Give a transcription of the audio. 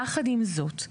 עם זאת,